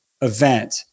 event